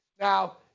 Now